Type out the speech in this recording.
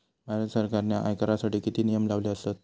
भारत सरकारने आयकरासाठी किती नियम लावले आसत?